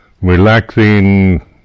relaxing